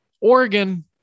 Oregon